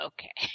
Okay